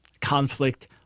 conflict